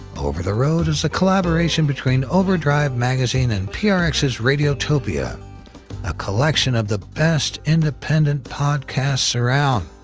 over the road is a collaboration between overdrive magazine and prx's radiotopia a collection of the best independent podcasts around.